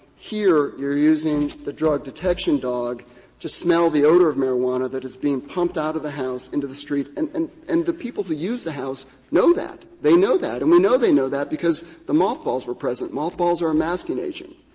here, you're using the drug detection dog to smell the odor of marijuana that is being pumped out of the house into the street. and and and the people who use the house know that. they know that, and we know they know that because the mothballs were present. mothballs are a masking agent.